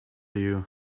you